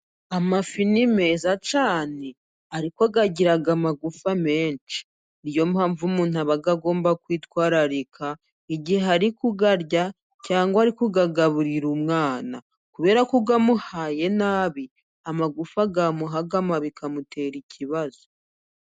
Amafi ni meza cyane ariko agira amagufwa menshi. Niyo mpamvu umuntu aba agomba kwitwararika igihe ari kuyarya cyangwa ari kuyagaburira umwana, kubera ko uyamuhaye nabi amagufwa yamuhagama bikamutera ikibazo.